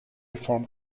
formed